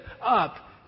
up